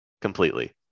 completely